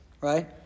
Right